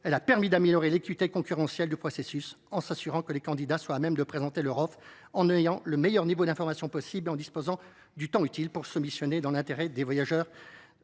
Elle a permis d’améliorer l’équité concurrentielle du processus, en s’assurant que les candidats soient à même de présenter leur offre avec le meilleur niveau d’information possible et le temps nécessaire pour soumissionner, dans l’intérêt des voyageurs